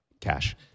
Cash